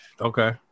Okay